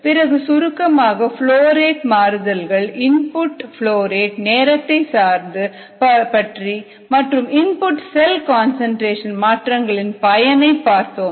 பிறகு சுருக்கமாக flow rate மாறுதல்கள் இன்புட் ப்லோ ரேட் நேரத்தை சார்ந்து பற்றி மற்றும் இன்புட் செல் கன்சன்ட்ரேஷன் மாற்றங்களின் பயனை பார்த்தோம்